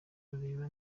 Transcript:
kureba